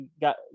got